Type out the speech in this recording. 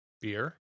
beer